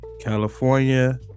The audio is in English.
California